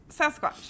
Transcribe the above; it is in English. Sasquatch